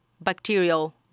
bacterial